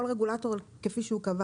כל רגולטור כפי שהוא קבע